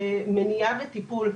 מניעה וטיפול.